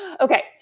okay